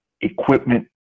equipment